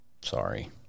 sorry